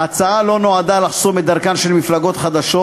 ההצעה לא נועדה לחסום את דרכן של מפלגות חדשות,